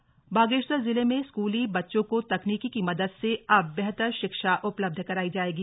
बैठक बागेश्वर जिले में स्कूली बच्चों को तकनीकि की मदद से अब बेहतर शिक्षा उपलब्ध कराई जाएगी